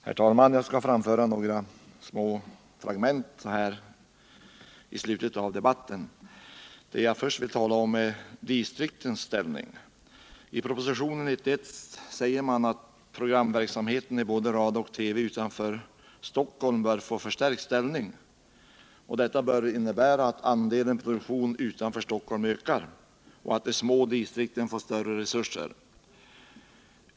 Herr talman! Jag skall framföra några små fragment så här i slutet av debatten. Det jag först vill tala om är distriktens ställning. I proposition nr 91 säger man att programverksamheten i både radio och TV utanför Stockholm bör få en förstärkt ställning. Detta bör innebära att andelen produktion utanför Stockholm ökar och att de små distrikten får större resurser.